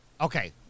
Okay